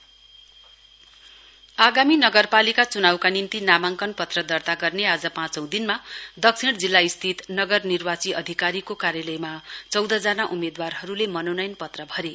nomination आगामी नगरपालिका चुनाउका निम्ति नामाङ्कन पत्र दर्ता गर्ने आज पाँचौ दिनमा दक्षिण जिल्ला स्थित नगर निर्वाची अधिकारीको कार्यालयमा चौधजना उम्मेदवारहरुको मनोनयन पत्र भरे